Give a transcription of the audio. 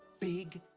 big,